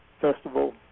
Festival